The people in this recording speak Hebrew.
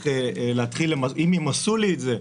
אם ימסו לי את זה,